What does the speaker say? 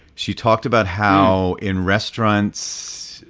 she talked about how in restaurants,